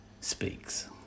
speaks